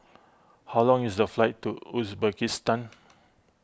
how long is the flight to Uzbekistan